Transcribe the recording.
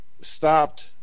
stopped